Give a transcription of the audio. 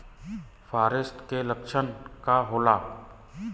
फारेस्ट के लक्षण का होला?